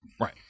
Right